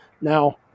Now